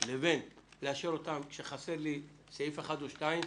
או לאשר אותן כשחסר לי סעיף אחד או שניים,